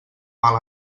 mal